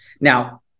now